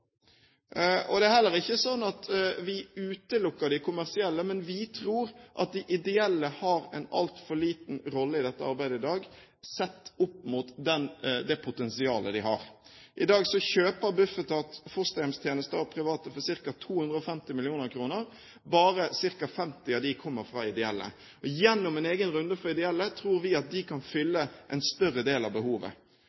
Det er heller ikke sånn at vi utelukker de kommersielle. Men vi tror at de ideelle har en altfor liten rolle i dette arbeidet i dag, sett opp mot det potensialet det har. I dag kjøper Bufetat fosterhjemstjenester av private for ca. 250 mill. kr. Bare ca. 50 av dem kommer fra ideelle aktører. Gjennom en egen runde for ideelle aktører tror vi at de kan